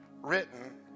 written